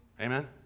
Amen